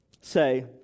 say